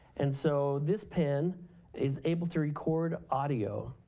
and, so this pen is able to record audio.